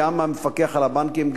גם נציגי המפקח על הבנקים,